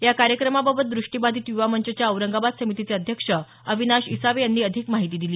या कार्यक्रमाबाबत दृष्टिबाधित युवा मंचच्या औरंगाबाद समितीचे अध्यक्ष अविनाश इसावे यांनी अधिक माहिती दिली